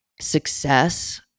success